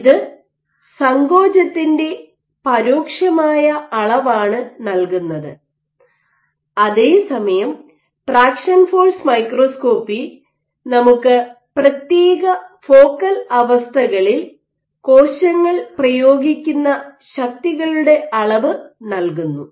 ഇത് സങ്കോചത്തിന്റെ പരോക്ഷമായ അളവാണ് നൽകുന്നത് അതേസമയം ട്രാക്ഷൻ ഫോഴ്സ് മൈക്രോസ്കോപ്പി നമുക്ക് പ്രത്യേക ഫോക്കൽ അവസ്ഥകളിൽ കോശങ്ങൾ പ്രയോഗിക്കുന്ന ശക്തികളുടെ അളവ് നൽകുന്നു